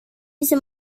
bisa